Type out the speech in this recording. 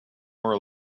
more